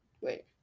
wait